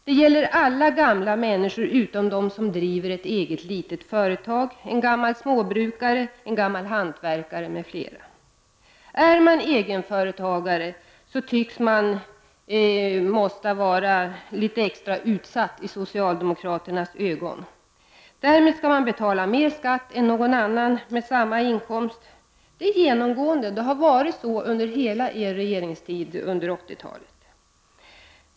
Det gäller alla gamla människor utom de som driver ett eget litet företag, en gammal småbrukare, en gammal hantverkare m.fl. Är man egenföretagare så tycks man vara litet extra utsatt i socialdemokraternas ögon. Därmed skall man betala mer skatt än något annan med samma inkomst. Det har genomgående varit så under socialdemokraternas regeringstid under 80-talet.